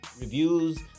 reviews